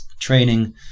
training